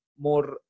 more